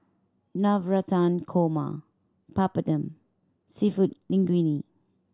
Navratan Korma Papadum Seafood Linguine